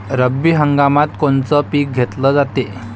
रब्बी हंगामात कोनचं पिक घेतलं जाते?